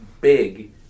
big